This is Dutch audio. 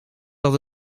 dat